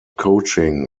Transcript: coaching